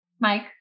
Mike